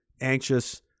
anxious